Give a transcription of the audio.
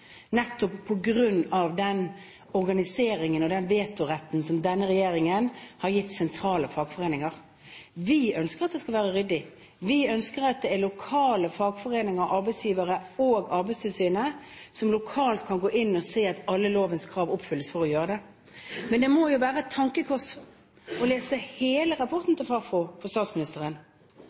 nettopp på grunn av den organiseringen og den vetoretten som denne regjeringen har gitt sentrale fagforeninger. Vi ønsker at det skal være ryddig. Vi ønsker at lokale fagforeninger og arbeidsgivere, og Arbeidstilsynet, lokalt kan gå inn og se at alle lovens krav oppfylles. Men det må jo være et tankekors for statsministeren å lese hele rapporten til Fafo, for